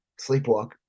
sleepwalk